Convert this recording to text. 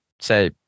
say